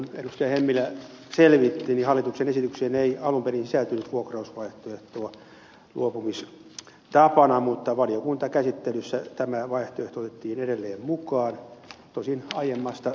hemmilä selvitti niin hallituksen esitykseen ei alun perin sisältynyt vuokrausvaihtoehtoa luopumistapana mutta valiokuntakäsittelyssä tämä vaihtoehto otettiin edelleen mukaan tosin aiemmasta tiukennettuna